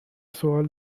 سوال